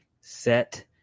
set